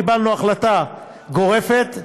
קיבלנו החלטה גורפת,